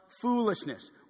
foolishness